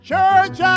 Church